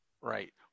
Right